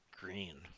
green